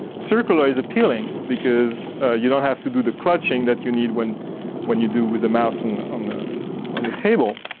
circular is appealing because you don't have to do the clutching that you need when when you do with the mouse and on the on the table.